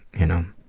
you know.